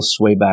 swayback